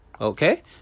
Okay